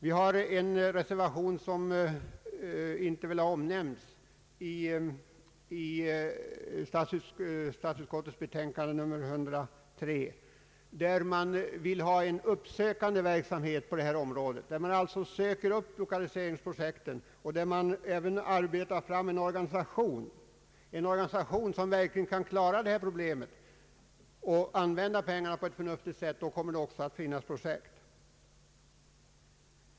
I en reservation till statsutskottets betänkande nr 103 föreslås en uppsökande verksamhet av lokaliseringsprojekt. Man vill att det skall finnas en organisation för att verkligen klara dessa problem. Används pengarna på ett förnuftigt sätt kommer man också att finna projekt.